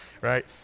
right